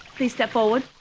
please step forward.